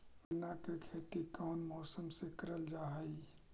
गन्ना के खेती कोउन मौसम मे करल जा हई?